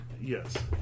Yes